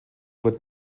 wird